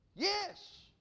Yes